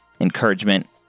encouragement